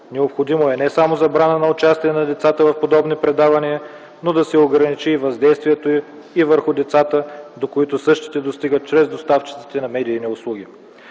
Необходимо е не само забрана на участие на децата в подобни предавания, но да се ограничи и въздействието и върху децата, до които същите достигат чрез доставчиците на медийни услуги.